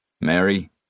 Mary